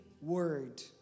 word